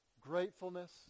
gratefulness